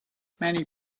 many